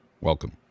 Welcome